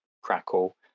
crackle